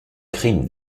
crime